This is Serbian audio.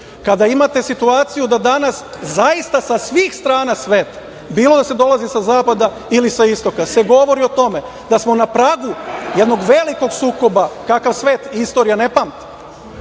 kada imate situaciju da danas zaista sa svih strana sveta, bilo da se dolazi sa zapada ili sa istoka se govori o tome da smo na pragu jednog velikog sukoba kakav svet i istorija ne pamti,